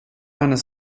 hennes